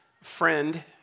Friend